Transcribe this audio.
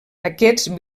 aquests